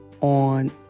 on